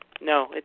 No